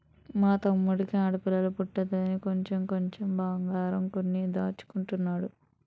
మా తమ్ముడికి ఆడపిల్ల పుట్టిందని కొంచెం కొంచెం బంగారం కొని దాచుతున్నాడు